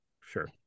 Sure